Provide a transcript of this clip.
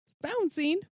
bouncing